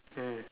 mm